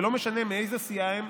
ולא משנה מאיזו סיעה הם,